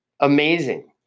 amazing